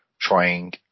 trying